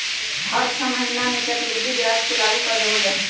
हर छ महीना में चक्रवृद्धि ब्याज के लागू कर देवल जा हई